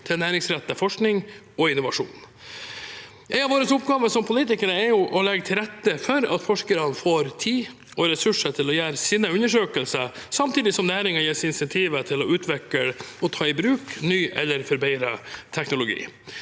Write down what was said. til næringsrettet forskning og innovasjon. En av våre oppgaver som politikere er å legge til rette for at forskerne får tid og ressurser til å gjøre sine undersøkelser, samtidig som næringen gis insentiver til å utvikle og ta i bruk ny eller forbedret teknologi.